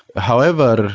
however,